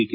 T